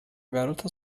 garota